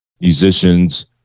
musicians